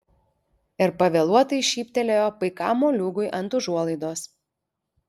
ir pavėluotai šyptelėjo paikam moliūgui ant užuolaidos